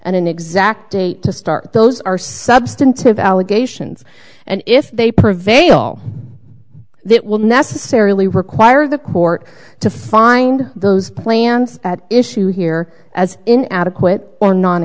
and an exact date to start those are substantive allegations and if they prevail it will necessarily require the court to find those plans at issue here as in adequate or non